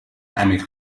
عمیق